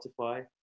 spotify